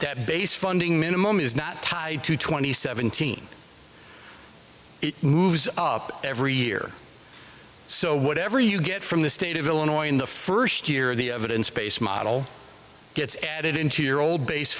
that based funding minimum is not tied to twenty seventeen it moves up every year so whatever you get from the state of illinois in the first year of the evidence based model gets added into your old base